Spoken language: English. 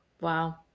wow